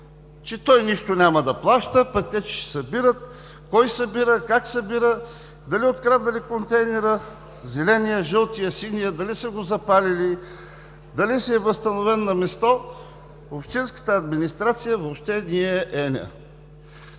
че той нищо няма да плаща, пък те ще си събират. Кой събира, как събира, дали откраднали контейнера – зеления, жълтия, синия, дали са го запалили, дали си е възстановен на място, общинската администрация въобще не я е еня.